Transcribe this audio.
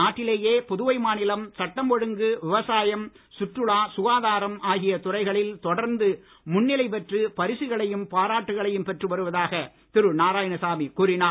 நாட்டிலேயே புதுவை மாநிலம் சட்டம் ஒழுங்கு விவசாயம் சுற்றுலா சுகாதாரம் ஆகிய துறைகளில் தொடர்ந்து முன்னிலை பெற்று பரிசுகளையும் பாராட்டுகளையும் பெற்று வருவதாக திரு நாராயணசாமி கூறினார்